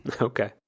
Okay